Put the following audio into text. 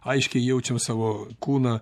aiškiai jaučiam savo kūną